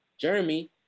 Jeremy